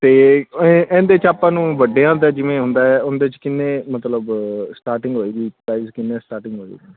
ਅਤੇ ਇ ਇਹਦੇ 'ਚ ਆਪਾਂ ਨੂੰ ਵੱਡਿਆਂ ਦਾ ਜਿਵੇਂ ਹੁੰਦਾ ਉਹਦੇ 'ਚ ਕਿੰਨੇ ਮਤਲਬ ਸਟਾਰਟਿੰਗ ਹੋਏਗੀ ਪ੍ਰਾਈਜ ਕਿੰਨੇ ਸਟਾਰਟਿੰਗ ਹੋਏਗੀ